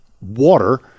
water